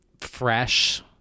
fresh